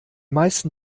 meisten